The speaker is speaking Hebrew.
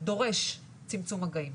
דורש צמצום מגעים.